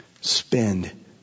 Spend